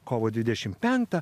kovo dvidešimt penktą